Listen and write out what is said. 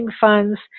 funds